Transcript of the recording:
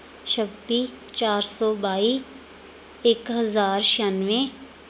ਛੱਬੀ ਚਾਰ ਸੌ ਬਾਈ ਇੱਕ ਹਜ਼ਾਰ ਛਿਆਨਵੇਂ